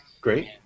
Great